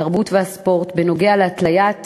התרבות והספורט בנוגע להתליית